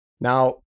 Now